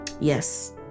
Yes